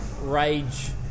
rage